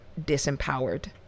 disempowered